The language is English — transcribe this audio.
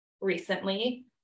recently